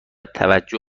توجه